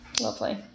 lovely